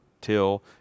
till